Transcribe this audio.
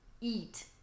eat